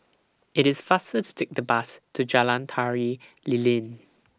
IT IS faster to Take The Bus to Jalan Tari Lilin